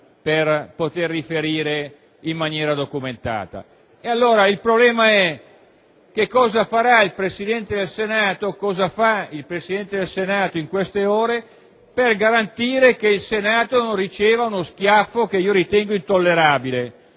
Il problema allora è cosa fa il Presidente del Senato in queste ore per garantire che il Senato non riceva uno schiaffo che ritengo intollerabile